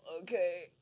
Okay